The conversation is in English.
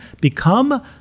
Become